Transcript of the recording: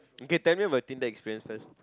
okay tell me about tinder experience first